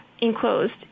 enclosed